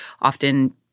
often